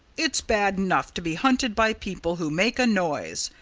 it's bad enough to be hunted by people who make a noise,